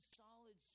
solid